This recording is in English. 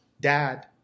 dad